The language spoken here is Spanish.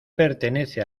pertenece